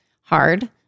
hard